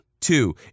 two